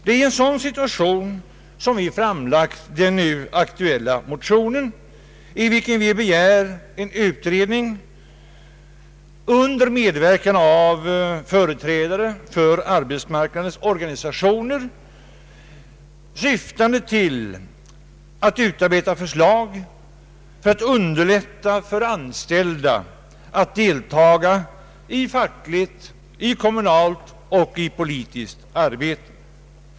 I en sådan situation har vi framlagt den nu aktuella motionen, där vi begär en utredning under medverkan av företrädare för arbetsmarknadens organisationer och syf tande till att utarbeta förslag för att underlätta för anställda att deltaga i fackligt, kommunalt och annat politiskt arbete.